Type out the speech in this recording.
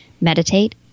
meditate